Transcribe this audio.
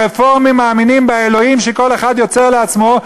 הרפורמים מאמינים באלוהים שכל אחד יוצר לעצמו,